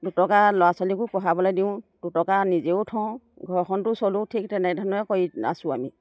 দুটকা ল'ৰা ছোৱালীকো পঢ়াবলৈ দিওঁ দুটকা নিজেও থওঁ ঘৰখনটো চলাওঁ ঠিক তেনেধৰণে কৰি আছোঁ আমি